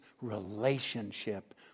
relationship